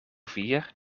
vier